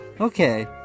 Okay